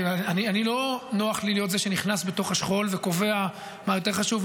כי לא נוח לי להיות זה שנכנס בתוך השכול וקובע מה יותר חשוב,